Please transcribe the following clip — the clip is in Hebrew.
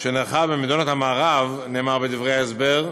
שנערכה במדינות המערב", נאמר בדברי ההסבר,